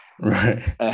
Right